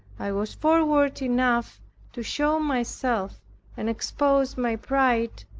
i was forward enough to show myself and expose my pride,